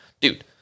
dude